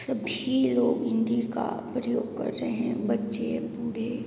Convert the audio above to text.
सभी लोग हिंदी का प्रयोग कर रहे हैं बच्चे बूढ़े